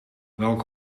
welk